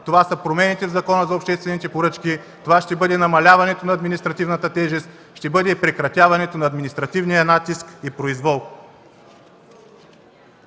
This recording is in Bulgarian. Това са промените в Закона за обществените поръчки, това ще бъде намаляването на административната тежест, ще бъде прекратяването на административния натиск и произвол.